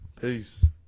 Peace